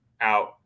out